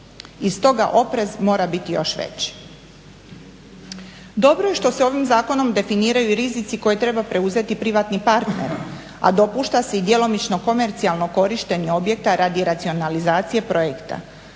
I s toga oprez mora biti još veći. Dobro je što se ovim zakonom definiraju i rizici koje treba preuzeti privatni partner, a dopušta se i djelomično komercijalno korištenje objekta radi racionalizacije projekta.